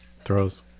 Throws